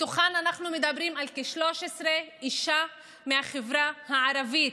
מתוכן אנחנו מדברים על כ-13 נשים מהחברה הערבית.